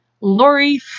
Lori